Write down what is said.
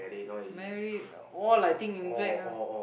married all I think in fact ah